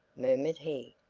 murmured he.